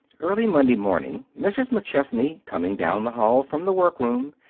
early monday morning, mrs. mcchesney, coming down the hall from the workroom,